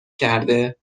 کرده